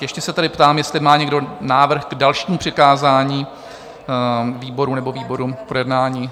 Ještě se tedy ptám, jestli má někdo návrh k dalšímu přikázání výboru nebo výborům k projednání?